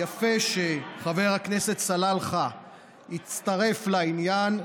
יפה שחבר הכנסת סלאלחה הצטרף לעניין.